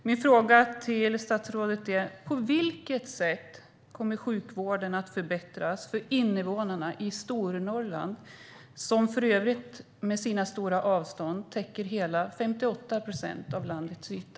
Min fråga till statsrådet är: På vilket sätt kommer sjukvården att förbättras för invånarna i Stornorrland, som för övrigt med sina stora avstånd täcker hela 58 procent av landets yta?